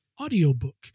audiobook